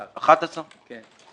11 בכל הארץ.